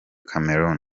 cameroun